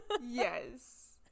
Yes